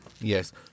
Yes